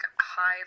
high